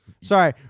Sorry